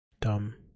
Dumb